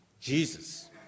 Jesus